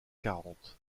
quarante